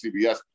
CBS